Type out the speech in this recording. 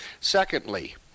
Secondly